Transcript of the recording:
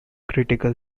critical